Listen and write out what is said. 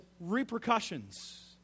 repercussions